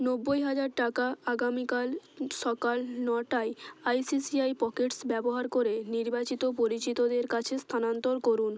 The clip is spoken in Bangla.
নব্বই হাজার টাকা আগামীকাল সকাল নটায় I C C I Pockets ব্যবহার করে নির্বাচিত পরিচিতদের কাছে স্থানান্তর করুন